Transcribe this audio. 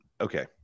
okay